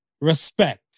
respect